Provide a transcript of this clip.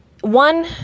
one